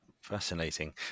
Fascinating